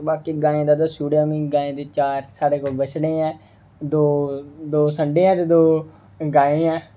बाकी गाएं दा दस्सी ओड़ेआ में गाएं दे चार साढ़े कोल बछड़े ऐं दो दो संडे ऐ ते दो गाएं ऐं